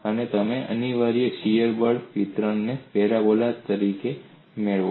અને તમે અનિવાર્યપણે શીયર બળ વિતરણને પેરાબોલા તરીકે મેળવશો